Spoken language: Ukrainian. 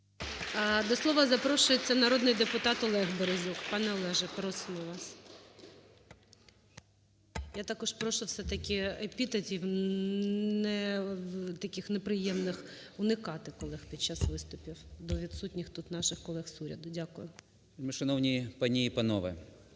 До слова запрошується народний депутат ОлегБерезюк. ПанеОлеже, просимо вас. Я також прошу все-таки епітетів таких неприємних уникати колег під час виступів до відсутніх тут наших колег з уряду. Дякую. 13:34:18 БЕРЕЗЮК